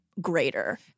greater